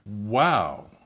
wow